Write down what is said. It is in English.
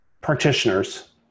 practitioners